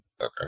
Okay